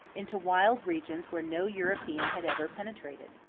into wild regions where no european had ever penetrated.